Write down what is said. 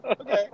Okay